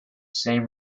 same